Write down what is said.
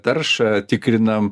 taršą tikrinam